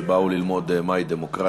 שבאו ללמוד מהי דמוקרטיה.